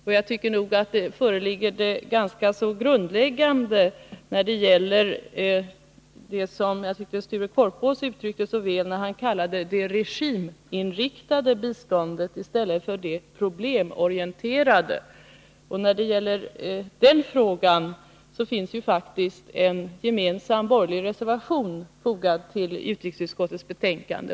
Och jag tycker nog att det föreligger en ganska grundläggande oenighet när det gäller det som jag tyckte Sture Korpås uttryckte så väl när han talade om det regiminriktade biståndet kontra det problemorienterade. I den frågan finns det faktiskt en gemensam borgerlig reservation fogad till utrikesutskottets betänkande.